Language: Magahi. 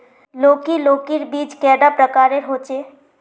लौकी लौकीर बीज कैडा प्रकारेर होचे?